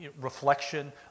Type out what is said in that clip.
reflection